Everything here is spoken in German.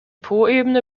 poebene